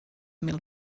mil